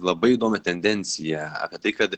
labai įdomią tendenciją apie tai kad